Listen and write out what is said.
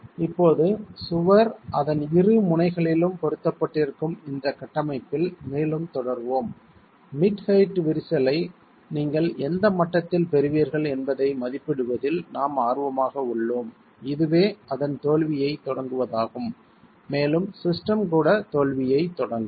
இப்போது சுவர் அதன் இரு முனைகளிலும் பொருத்தப்பட்டிருக்கும் இந்த கட்டமைப்பில் மேலும் தொடர்வோம் மிட் ஹெயிட் விரிசலை நீங்கள் எந்த மட்டத்தில் பெறுவீர்கள் என்பதை மதிப்பிடுவதில் நாம் ஆர்வமாக உள்ளோம் இதுவே அதன் தோல்வியைத் தொடங்குவதாகும் மேலும் சிஸ்டம் கூட தோல்வியைத் தொடங்கும்